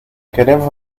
queremos